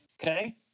Okay